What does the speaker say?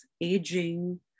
aging